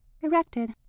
erected